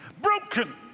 broken